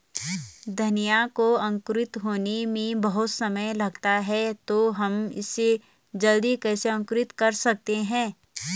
धनिया को अंकुरित होने में बहुत समय लगता है तो हम इसे जल्दी कैसे अंकुरित कर सकते हैं?